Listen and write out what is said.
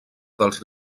dels